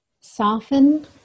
Soften